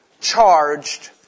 charged